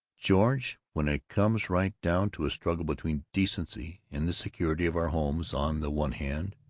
george, when it comes right down to a struggle between decency and the security of our homes on the one hand,